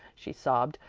she sobbed.